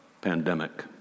pandemic